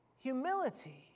humility